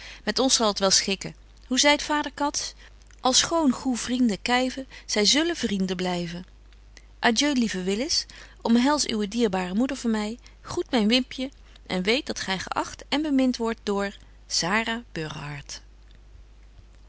met ons zal t wel schikken hoe zeit vader kats alschoon goê vrienden kyven zy zullen vrienden blyven adieu lieve willis omhels uwe dierbare moeder voor my groet myn wimpje en weet dat gy geacht en bemint wordt door